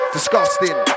Disgusting